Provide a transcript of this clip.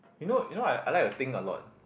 you know you know I I like to think a lot